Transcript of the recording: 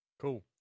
Cool